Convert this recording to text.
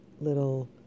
little